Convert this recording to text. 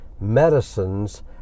medicines